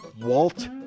Walt